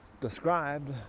described